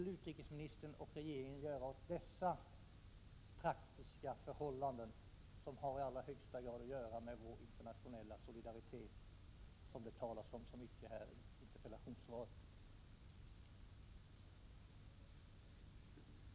Det har i allra högsta grad att göra med vår internationella solidaritet, som det talas så mycket om i interpellationssvaret.